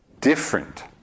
different